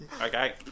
Okay